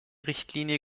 richtlinie